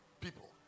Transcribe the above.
people